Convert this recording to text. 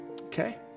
Okay